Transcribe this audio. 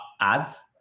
ads